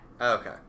okay